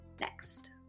next